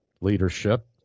leadership